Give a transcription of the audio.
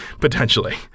potentially